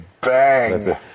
bang